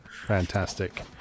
Fantastic